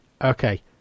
Okay